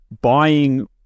buying